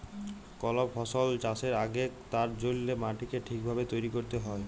call ফসল চাষের আগেক তার জল্যে মাটিকে ঠিক ভাবে তৈরী ক্যরতে হ্যয়